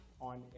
on